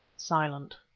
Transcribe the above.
silent.